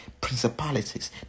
principalities